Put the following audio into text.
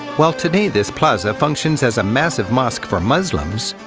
while today this plaza functions as massive mosque for muslims,